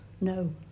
No